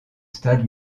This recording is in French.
stade